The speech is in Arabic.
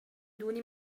دون